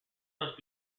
must